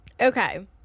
Okay